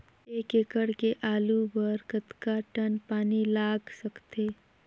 एक एकड़ के आलू बर कतका टन पानी लाग सकथे?